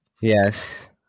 Yes